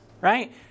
right